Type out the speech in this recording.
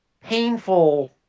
painful